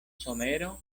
somero